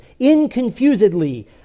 inconfusedly